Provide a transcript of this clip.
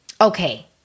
okay